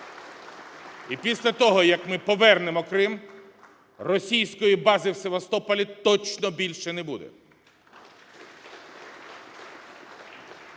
І після того, як ми повернемо Крим, російської бази в Севастополі точно більше не буде.